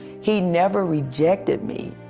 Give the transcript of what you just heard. he never rejected me.